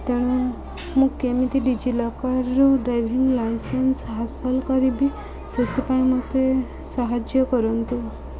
ତେଣୁ ମୁଁ କେମିତି ଡିଜିଲକର୍ରୁ ଡ୍ରାଇଭିଂ ଲାଇସେନ୍ସ ହାସଲ କରିବି ସେଥିପାଇଁ ମୋତେ ସାହାଯ୍ୟ କରନ୍ତୁ